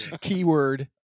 Keyword